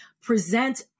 present